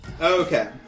Okay